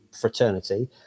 fraternity